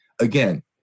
again